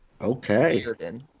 Okay